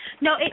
No